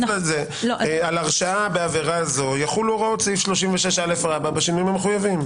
על הרשעה בעבירה זו יחולו הוראות סעיף 36א בשינויים המחויבים.